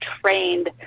trained